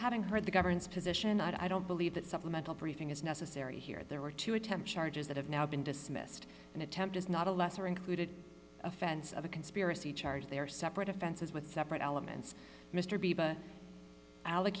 having heard the government's position i don't believe that supplemental briefing is necessary here there were two attempts charges that have now been dismissed an attempt is not a lesser included offense of a conspiracy charge there are separate offenses with separate elements mr